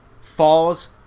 falls